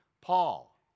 Paul